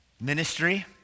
ministry